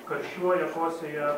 karščiuoja kosėja